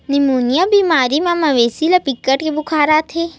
pneumonia बेमारी म मवेशी ल बिकट के बुखार आथे